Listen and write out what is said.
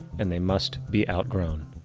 and they must be outgrown.